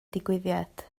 digwyddiad